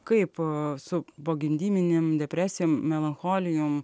kaip a su pogimdyvinėm depresijom melancholijom